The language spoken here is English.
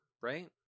right